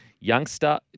Youngster